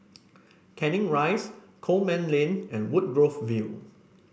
Canning Rise Coleman Lane and Woodgrove View